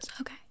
Okay